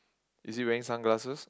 is he wearing sunglasses